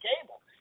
cable